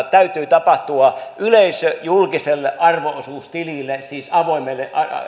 täytyy tapahtua yleisöjulkiselle arvo osuustilille siis avoimelle